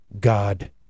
God